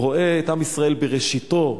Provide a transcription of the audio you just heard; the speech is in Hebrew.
הוא רואה את עם ישראל בראשיתו,